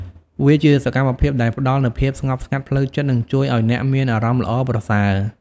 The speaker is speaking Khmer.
វាជាសកម្មភាពដែលផ្តល់នូវភាពស្ងប់ស្ងាត់ផ្លូវចិត្តនិងជួយឱ្យអ្នកមានអារម្មណ៍ល្អប្រសើរ។